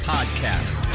Podcast